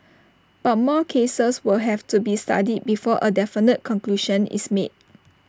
but more cases will have to be studied before A definite conclusion is made